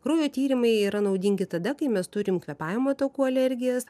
kraujo tyrimai yra naudingi tada kai mes turim kvėpavimo takų alergijas